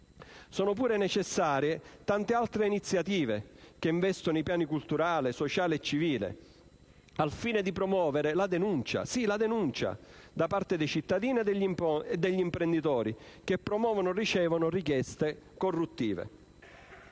Sono pure necessarie tante altre iniziative che investono i piani culturale, sociale e civile, al fine di promuovere la denuncia - sì, la denuncia - da parte dei cittadini e degli imprenditori che promuovono o ricevono richieste corruttive.